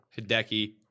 Hideki